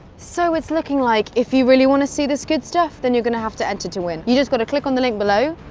so it's looking like if you really want to see this good stuff, then you're gonna have to enter to win. you just gotta click on the link below,